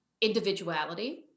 individuality